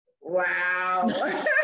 Wow